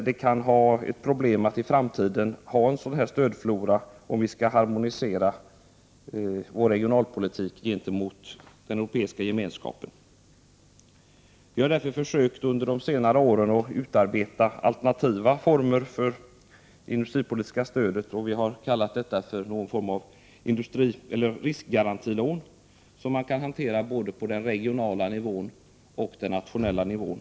Det kan bli ett problem i framtiden att ha denna stödflora om vi skall kunna harmonisera vår regionalpolitik gentemot den Europeiska gemenskapen. Vi har därför försökt att under senare år utarbeta alternativa former för det industripolitiska stödet, som vi kallar för riskgarantilån, och som kan hanteras både på den regionala och på den nationella nivån.